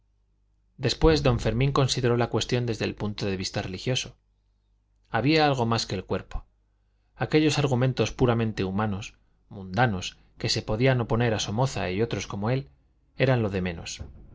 después don fermín consideró la cuestión desde el punto de vista religioso había algo más que el cuerpo aquellos argumentos puramente humanos mundanos que se podían oponer a somoza y otros como él eran lo de menos